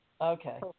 Okay